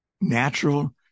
natural